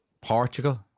Portugal